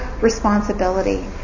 responsibility